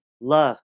love